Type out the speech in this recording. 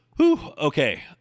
okay